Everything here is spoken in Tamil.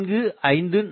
454 ஆகும்